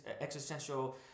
existential